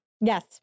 Yes